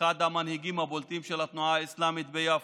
אחד המנהיגים הבולטים של התנועה האסלאמית ביפו,